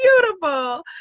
Beautiful